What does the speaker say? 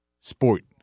sport